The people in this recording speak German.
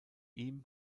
ihm